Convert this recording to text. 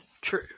true